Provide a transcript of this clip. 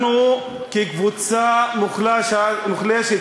אנחנו כקבוצה מוחלשת